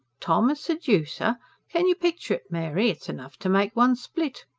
tom as sedoocer can you picture it, mary? it's enough to make one split.